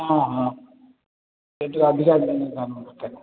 ହଁ ହଁ ଟିକେ ଅଧିକା ଦରକାର